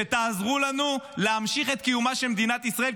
שתעזרו לנו להמשיך את קיומה של מדינת ישראל,